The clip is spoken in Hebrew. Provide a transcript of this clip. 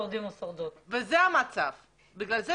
וזה המצב.